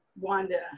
Wanda